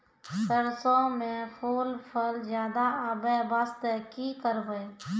सरसों म फूल फल ज्यादा आबै बास्ते कि करबै?